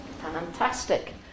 Fantastic